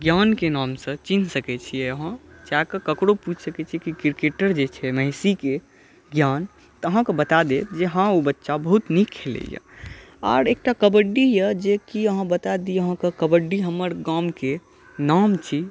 ज्ञानके नामसॅं चिन्ह सकै छियै अहाँ जाकए ककरो पूछि सकै छियै जे क्रिकेटर जे छै महिषीके ज्ञान तऽ ओ अहाँके बता देत जे हॅं ओ बच्चा बहुत नीक खेलैया आ एकटा कबड्डी अछि जे कि बतादी अहाँके कबड्डी हमर गामके नाम छी